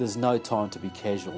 there's no time to be casual